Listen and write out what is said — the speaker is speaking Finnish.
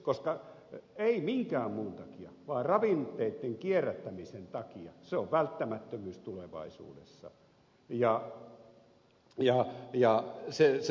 koska ei minkään muun takia vaan ravinteiden kierrättämisen takia se on välttämättömyys tulevaisuudessa